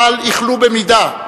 אבל אכלו במידה,